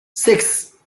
six